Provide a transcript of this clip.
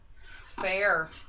Fair